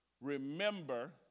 Remember